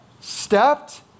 Stepped